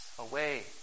away